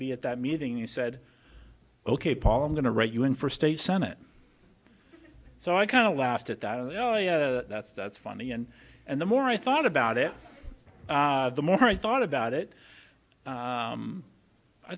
be at that meeting you said ok paul i'm going to write you in for state senate so i kind of laughed at that oh yeah that's that's funny and and the more i thought about it the more i thought about it